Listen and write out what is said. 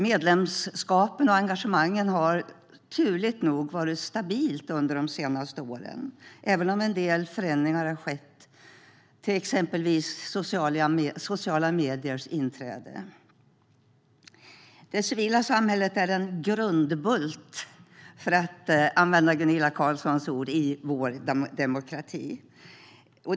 Medlemskapen och engagemangen har turligt nog varit stabilt under de senaste åren, även om en del förändringar har skett, till exempel sociala mediers inträde. Det civila samhället är en - för att använda Gunilla Carlssons ord - grundbult i vår demokrati.